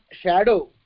shadow